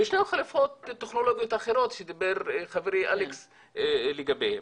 וישנן חלופות טכנולוגיות אחרות שדיבר חברי אלכס לגביהן.